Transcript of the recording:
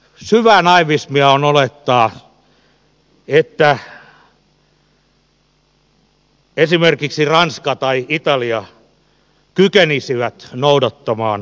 syvää naivismia on olettaa että esimerkiksi ranska tai italia kykenisi noudattamaan tätä sopimusta